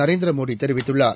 நரேந்திர மோடி தெரிவித்துள்ளார்